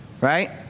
Right